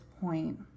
point